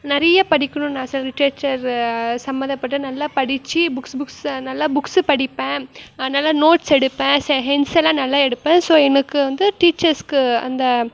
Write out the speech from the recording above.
நிறைய படிக்கணுன்னு ஆசை இருக்குது லிட்ரேச்சர் சம்மந்தப்பட்டது நல்லா படித்து புக்ஸ் புக்ஸை நல்லா புக்ஸ்ஸு படிப்பேன் நல்லா நோட்ஸ் எடுப்பேன் ஸோ ஹின்ட்ஸ் எல்லாம் நல்லா எடுப்பேன் ஸோ எனக்கு வந்து டீச்சர்ஸ்க்கு அந்த